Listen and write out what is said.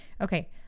Okay